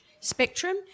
spectrum